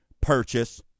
purchase